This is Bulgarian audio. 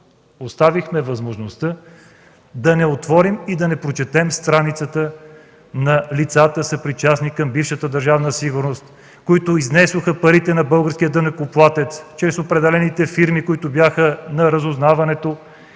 поставихме възможността да не отворим и да не прочетем страницата на лицата, съпричастни към бившата Държавна сигурност, които изнесоха парите на българския данъкоплатец чрез определените фирми, които бяха на разузнаването